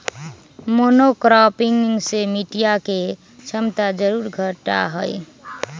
monocropping से मटिया के क्षमता जरूर घटा हई